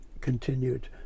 continued